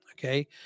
okay